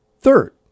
Third